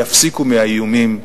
יפסיקו את האיומים,